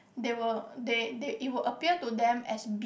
they will they they it will appear to them as B